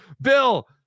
bill